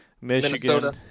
Michigan